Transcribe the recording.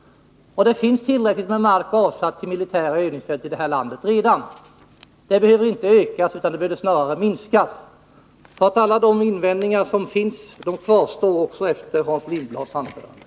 Och det finns tillräckligt med mark avsatt för militära övningsfält i det här landet redan. Det behöver inte ökas utan snarare minskas. Alla de invändningar som anförts kvarstår också efter Hans Lindblads anförande.